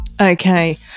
Okay